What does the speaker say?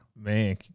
man